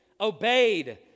obeyed